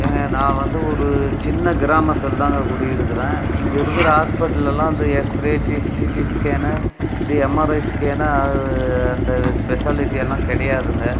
ஏங்க நான் வந்து ஒரு சின்ன கிராமத்தில் தாங்க குடியிருக்குறேன் இங்கே இருக்கிற ஹாஸ்பெட்டல்லலாம் வந்து x ray CD scan the MRI scan அந்த ஸ்பெஷாலிட்டியெல்லாம் கிடையாதுங்க